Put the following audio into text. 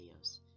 videos